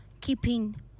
keeping